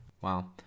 wow